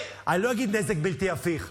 שער הדולר יעלה.